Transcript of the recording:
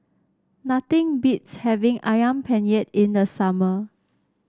nothing beats having ayam Penyet in the summer